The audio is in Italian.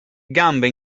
gambe